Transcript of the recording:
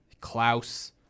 Klaus